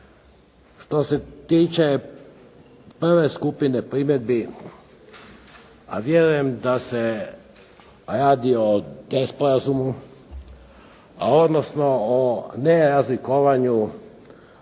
Što se tiče prve skupine primjedbi, a vjerujem da se radi o nesporazumu, odnosno o nerazlikovanju